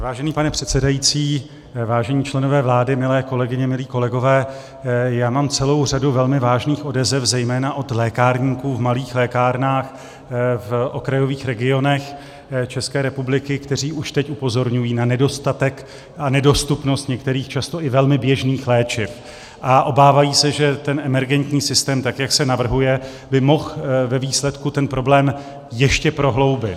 Vážený pane předsedající, vážení členové vlády, milé kolegyně, milí kolegové, já mám celou řadu velmi vážných odezev zejména od lékárníků v malých lékárnách v okrajových regionech České republiky, kteří už teď upozorňují na nedostatek a nedostupnost některých často i velmi běžných léčiv a obávají se, že ten emergentní systém, tak jak se navrhuje, by mohl ve výsledku ten problém ještě prohloubit.